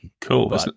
cool